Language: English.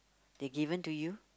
they given to you